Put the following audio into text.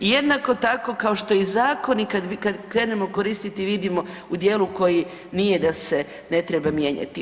Jednako tako kao što i zakoni kad, kad krenemo koristiti vidimo u dijelu koji nije da se ne treba mijenjati.